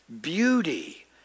Beauty